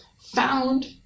found